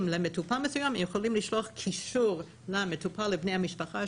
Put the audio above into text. למטופל מסוים הם יכולים לשלוח קישור למטופל ולבני המשפחה,